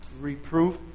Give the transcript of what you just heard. reproof